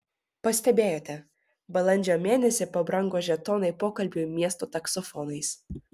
pastebėjote balandžio mėnesį pabrango žetonai pokalbiui miesto taksofonais